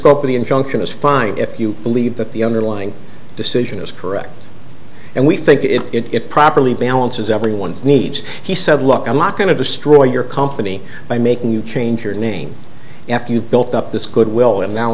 the injunction is fine if you believe that the underlying decision is correct and we think it it properly balances everyone's needs he said look i'm not going to destroy your company by making you change your name after you've built up this goodwill and now